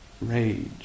rage